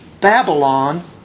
Babylon